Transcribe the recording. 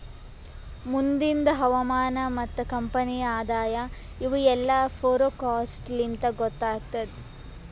ಮುಂದಿಂದ್ ಹವಾಮಾನ ಮತ್ತ ಕಂಪನಿಯ ಆದಾಯ ಇವು ಎಲ್ಲಾ ಫೋರಕಾಸ್ಟ್ ಲಿಂತ್ ಗೊತ್ತಾಗತ್ತುದ್